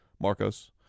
Marcos